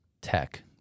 tech